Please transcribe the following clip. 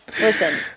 Listen